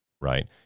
Right